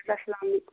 اسلام علیکُم